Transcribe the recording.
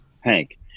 Hank